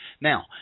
Now